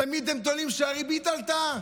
תמיד אתם טוענים שהריבית עלתה,